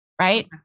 right